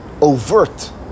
overt